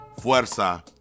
Fuerza